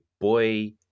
boy